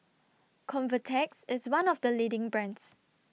Convatec's IS one of The leading brands